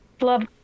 love